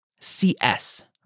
CS